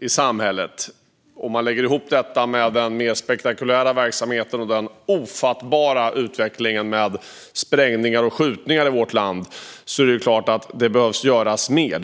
i samhället. Om man lägger ihop detta med den mer spektakulära verksamheten och den ofattbara utvecklingen med sprängningar och skjutningar i vårt land står det klart att det behöver göras mer.